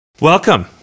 Welcome